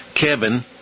Kevin